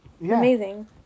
amazing